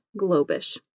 Globish